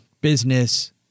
business